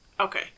Okay